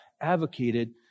advocated